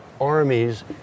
armies